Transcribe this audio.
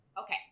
Okay